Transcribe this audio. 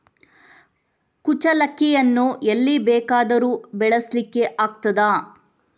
ಕುಚ್ಚಲಕ್ಕಿಯನ್ನು ಎಲ್ಲಿ ಬೇಕಾದರೂ ಬೆಳೆಸ್ಲಿಕ್ಕೆ ಆಗ್ತದ?